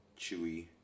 chewy